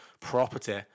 property